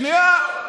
שנייה.